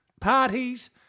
parties